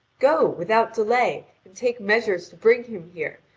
go, without delay, and take measures to bring him here,